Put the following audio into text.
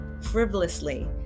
frivolously